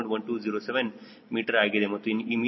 279 ಆಗುತ್ತದೆ